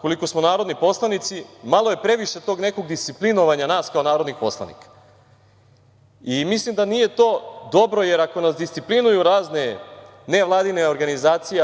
koliko smo narodni poslanici, malo je previše tog nekog disciplinovanja nas kao narodnih poslanika. Mislim da nije to dobro, jer ako nas disciplinuju razne nevladine organizacije,